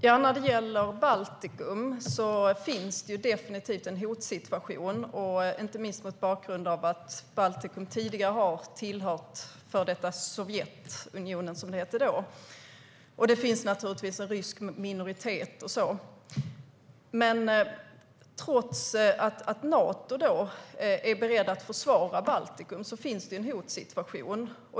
Fru talman! Det finns definitivt en hotsituation när det gäller Baltikum, inte minst mot bakgrund av att Baltikum tidigare tillhörde Sovjetunionen och att det finns en rysk minoritet. Trots att Nato är berett att försvara Baltikum finns det en hotsituation.